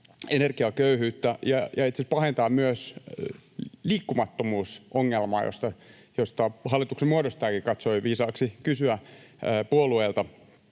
energiaköyhyyttä ja itse asiassa pahentaa myös liikkumattomuusongelmaa, josta hallituksen muodostajakin katsoi viisaaksi kysyä puolueilta